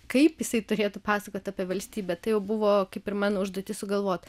kaip jisai turėtų pasakot apie valstybę tai jau buvo kaip ir mano užduotis sugalvot